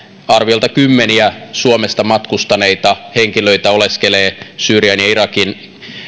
arviolta kymmeniä suomesta matkustaneita henkilöitä oleskelee syyrian ja irakin